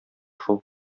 шул